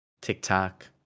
TikTok